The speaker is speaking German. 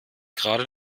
gerade